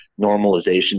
normalization